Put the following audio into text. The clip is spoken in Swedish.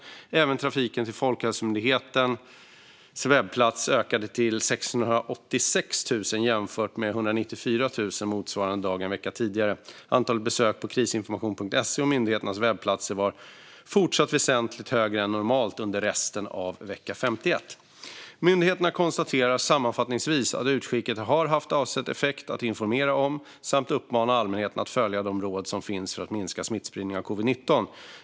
Även trafiken till Folkhälsomyndighetens webbplats ökade till 686 000 jämfört med cirka 194 000 motsvarande dag en vecka tidigare. Antalet besök på Krisinformation.se och myndigheternas webbplatser var fortsatt väsentligt högre än normalt under resten av vecka 51. Myndigheterna konstaterar sammanfattningsvis att utskicket har haft avsedd effekt att informera om samt uppmana allmänheten att följa de råd som finns för att minska smittspridningen av covid-19.